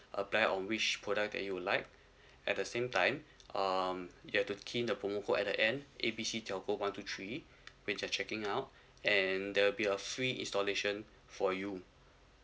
apply on product that you like at the same time um yeah then key in the promo code at the end A B C telco one two three then just checking out and there'll be a free installation for you